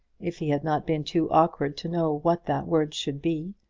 if he had not been too awkward to know what that word should be.